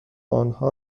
انها